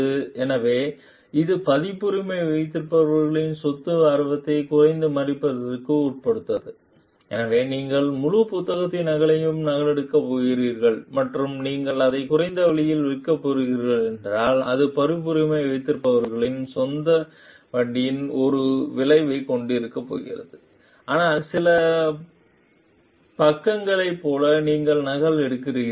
எனவே இது பதிப்புரிமை வைத்திருப்பவரின் சொத்து ஆர்வத்தை குறைமதிப்பிற்கு உட்படுத்தாது எனவே நீங்கள் முழு புத்தகத்தின் நகலையும் நகலெடுக்கப் போகிறீர்கள் மற்றும் நீங்கள் அதை குறைந்த விலையில் விற்கப் போகிறீர்கள் என்றால் அது பதிப்புரிமை வைத்திருப்பவர்களின் சொத்து வட்டியில் ஒரு விளைவைக் கொண்டிருக்கப் போகிறது ஆனால் சில பக்கங்களைப் போல நீங்கள் நகல் எடுக்கிறீர்கள்